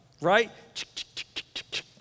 right